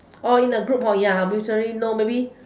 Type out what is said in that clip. oh in a group hor ya mutually no maybe